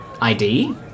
ID